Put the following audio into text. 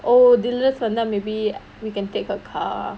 oh தில்லா சொன்னா:thillaa sonnaa maybe we can take her car